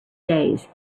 days